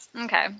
Okay